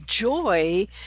joy